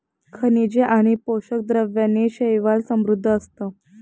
खनिजे आणि पोषक द्रव्यांनी शैवाल समृद्ध असतं